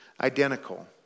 identical